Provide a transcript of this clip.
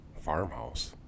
Farmhouse